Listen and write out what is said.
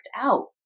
out